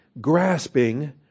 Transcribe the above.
grasping